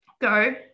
go